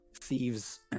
thieves